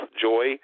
joy